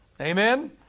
Amen